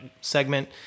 segment